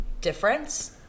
Difference